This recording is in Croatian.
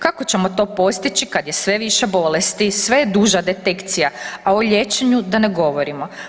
Kako ćemo to postići kad je sve više bolesti, sve je duža detekcija, a o liječenju da ne govorimo.